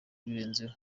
ibirenzeho